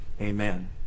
amen